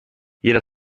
jeder